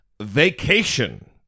vacation